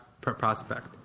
prospect